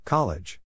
College